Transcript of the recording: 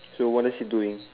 so what is he doing